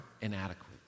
inadequate